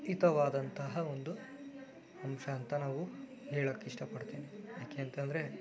ಹಿತವಾದಂತಹ ಒಂದು ಅಂಶ ಅಂತ ನಾವು ಹೇಳೋಕ್ಕಿಷ್ಟಪಡ್ತೀನಿ ಯಾಕೆಂತಂದ್ರೆ